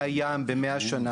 הים במאה שנה,